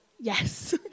yes